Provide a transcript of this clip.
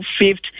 fifth